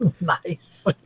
Nice